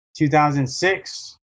2006